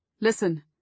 Listen